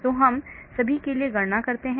तो हम सभी के लिए गणना करते हैं